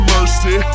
Mercy